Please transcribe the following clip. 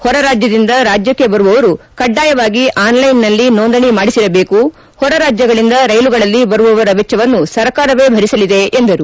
ಹೊರರಾಜ್ಯದಿಂದ ರಾಜ್ಯಕ್ಕೆ ಬರುವವರು ಕಡ್ಡಾಯವಾಗಿ ಆನ್ಲೈನ್ನಲ್ಲಿ ನೋಂದಣಿ ಮಾಡಿಸಿರಬೇಕು ಹೊರ ರಾಜ್ಯಗಳಿಂದ ರೈಲುಗಳಲ್ಲಿ ಬರುವವರ ವೆಚ್ಚವನ್ನು ಸರ್ಕಾರವೇ ಭರಿಸಲಿದೆ ಎಂದರು